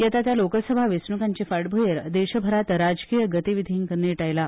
येता त्या लोकसभा वेचणूकांचे फाटभ्रयेर देशभरात राजकी गतीविधींक नेट आयला